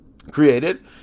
Created